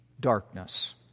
darkness